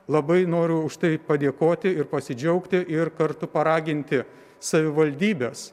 labai noriu už tai padėkoti ir pasidžiaugti ir kartu paraginti savivaldybes